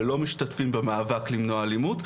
ולא משתתפים במאבק למנוע אלימות,